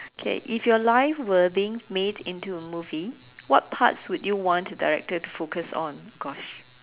K if your life were being made into a movie what parts do you want the director to focus on gosh